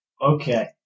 Okay